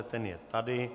Ten je tady.